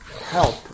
help